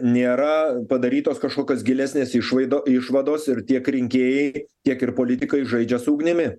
nėra padarytos kažkokios gilesnės išvaido išvados ir tiek rinkėjai tiek ir politikai žaidžia su ugnimi